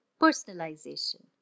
Personalization